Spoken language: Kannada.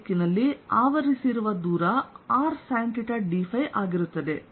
ಫೈ ದಿಕ್ಕಿನಲ್ಲಿ ಆವರಿಸಿರುವ ದೂರ r sinθ dϕ ಆಗಿರುತ್ತದೆ